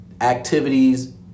activities